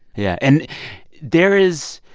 yeah. and there is